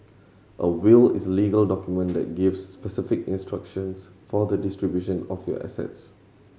a will is a legal document that gives specific instructions for the distribution of your assets